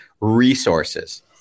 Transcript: resources